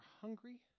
hungry